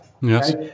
Yes